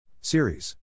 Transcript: Series